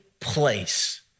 place